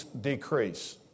decrease